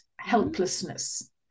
helplessness